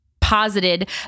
posited